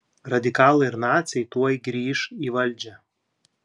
radikalai ir naciai tuoj grįš į valdžią